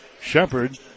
Shepard